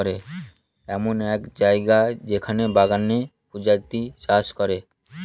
এমন এক জায়গা যেখানে বাগানে প্রজাপতি চাষ করে